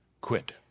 quit